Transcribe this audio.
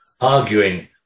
arguing